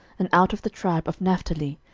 and out of the tribe of naphtali,